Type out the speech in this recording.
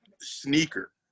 sneaker